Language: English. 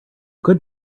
could